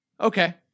okay